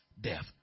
death